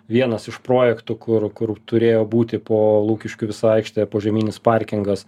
vienas iš projektų kur kur turėjo būti po lukiškių visa aikšte požeminis parkingas